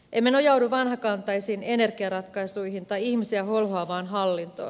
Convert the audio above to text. emme nojaudu vanhakantaisiin energiaratkaisuihin tai ihmisiä holhoavaan hallintoon